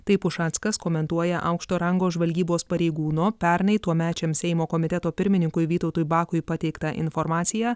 taip ušackas komentuoja aukšto rango žvalgybos pareigūno pernai tuomečiam seimo komiteto pirmininkui vytautui bakui pateiktą informaciją